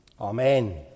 Amen